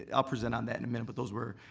ah i'll present on that in a minute, but those were